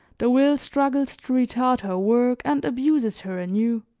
the will struggles to retard her work and abuses her anew.